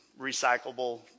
recyclable